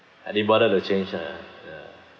I didn't bother to change ah ya